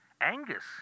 Angus